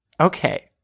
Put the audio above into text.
Okay